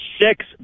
six